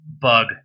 Bug